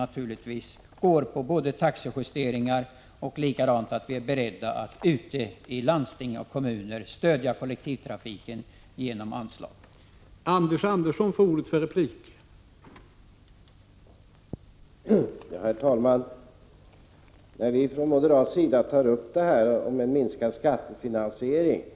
Den är att det krävs både taxejusteringar och att man ute i landsting och kommuner stöder kollektivtrafiken genom anslag, vilket vi är beredda att göra.